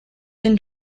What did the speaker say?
been